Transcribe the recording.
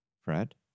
Fred